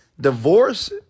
divorce